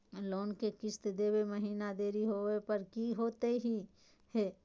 Loan के किस्त देवे महिना देरी होवे पर की होतही हे?